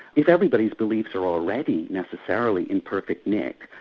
if everybody's beliefs are already necessarily in perfect nick,